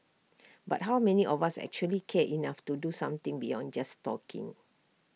but how many of us actually care enough to do something beyond just talking